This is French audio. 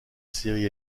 série